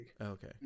Okay